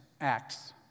ACTS